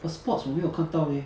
but sports 我没有看到 leh